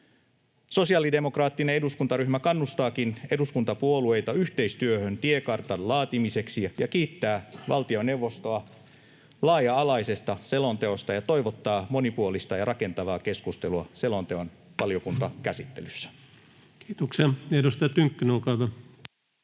Sosiaalidemokraattinen eduskuntaryhmä kannustaakin eduskuntapuolueita yhteistyöhön tiekartan laatimiseksi, kiittää valtioneuvostoa laaja-alaisesta selonteosta ja toivottaa monipuolista ja rakentavaa keskustelua selonteon valiokuntakäsittelyssä. Kiitoksia. — Edustaja Tynkkynen, olkaa hyvä.